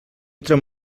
entre